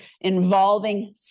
involving